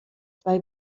zwei